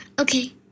Okay